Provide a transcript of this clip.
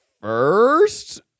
first